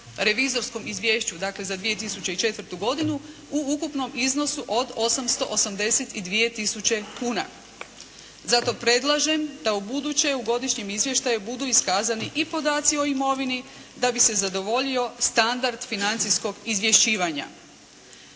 revizorskom izvješću dakle za 2004. godinu u ukupnom iznosu od 882 tisuće kuna. Zato predlažem da u buduće u godišnjem izvještaju budu iskazani i podaci o imovini da bi se zadovoljio standard financijskog izvješćivanja.